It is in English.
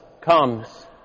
comes